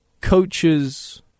coaches